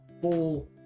full